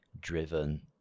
driven